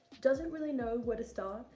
doesn't really know where to start,